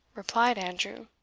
replied andrew.